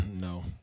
No